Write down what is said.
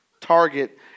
Target